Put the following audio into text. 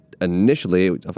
initially